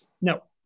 No